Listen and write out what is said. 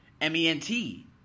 M-E-N-T